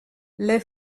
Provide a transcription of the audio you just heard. les